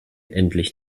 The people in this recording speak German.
endlich